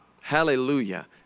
Hallelujah